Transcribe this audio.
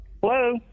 Hello